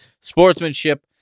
sportsmanship